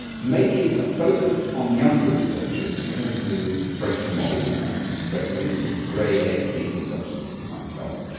making a focus on younger researchers who tend to break the mould more readily than grey-haired people such as myself,